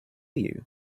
you